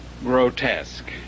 grotesque